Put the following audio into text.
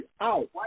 out